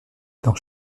dans